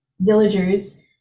villagers